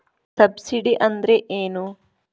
Subsidy ಅಂದ್ರೆ ಏನು?